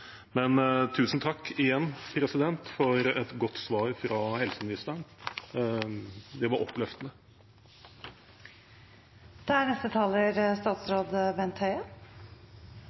igjen si tusen takk for et godt svar fra helseministeren. Det var oppløftende. Takk for tilbakemeldingen på mitt svar. Dette er